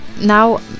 now